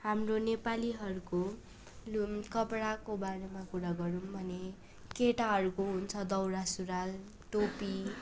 हाम्रो नेपालीहरूको लुम कपडाकोबारेमा कुरा गरौँ भने केटाहरूको हुन्छ दौरा सुराल टोपी